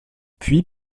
puis